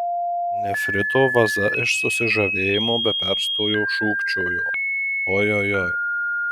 nefrito vaza iš susižavėjimo be perstojo šūkčiojo ojojoi